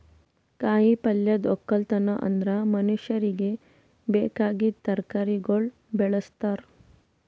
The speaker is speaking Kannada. ಕಾಯಿ ಪಲ್ಯದ್ ಒಕ್ಕಲತನ ಅಂದುರ್ ಮನುಷ್ಯರಿಗಿ ಬೇಕಾಗಿದ್ ತರಕಾರಿಗೊಳ್ ಬೆಳುಸ್ತಾರ್